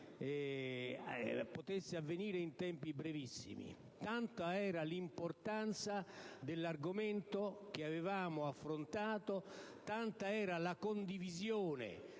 potesse avvenire in tempi brevissimi, tanta era l'importanza dell'argomento affrontato e tanta era la condivisione